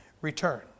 return